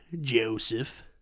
Joseph